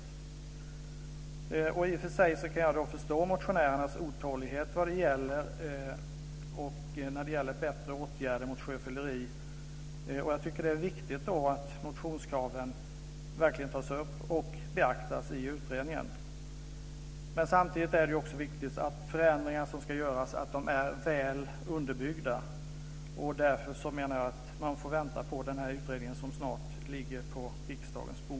Jag kan i och för sig förstå motionärernas otålighet när det gäller bättre åtgärder mot sjöfylleri, och jag tycker att det är riktigt att motionskraven verkligen tas upp och beaktas i utredningen. Men samtidigt är det viktigt att förändringar som ska göras är väl underbyggda. Därför menar jag att man får vänta på den här utredningen, som snart ligger på riksdagens bord.